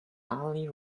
ali